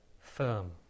firm